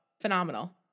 Phenomenal